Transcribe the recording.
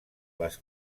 les